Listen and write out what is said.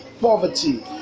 poverty